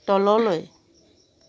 তললৈ